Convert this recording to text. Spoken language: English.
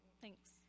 Thanks